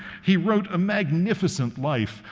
he wrote a magnificent life,